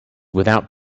without